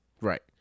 Right